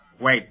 wait